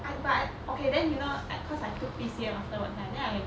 I but okay then you know I cause I took P_C_M afterwards I then I